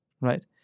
right